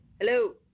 hello